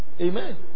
Amen